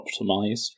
optimized